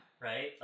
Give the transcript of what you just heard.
right